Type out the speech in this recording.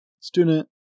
student